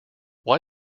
why